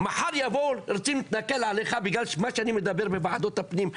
מחר יבואו ורוצים להתנכל אליך בגלל מה שאני מדבר בוועדות הפנים,